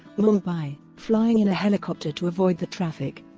mumbai, flying in a helicopter to avoid the traffic.